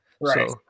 right